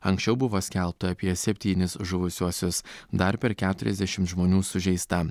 anksčiau buvo skelbta apie septynis žuvusiuosius dar per keturiasdešim žmonių sužeista